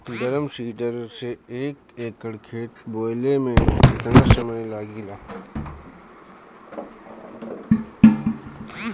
Drum seeder से एक एकड़ खेत बोयले मै कितना समय लागी?